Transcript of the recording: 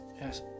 Yes